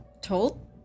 told